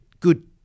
Good